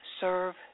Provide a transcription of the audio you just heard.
serve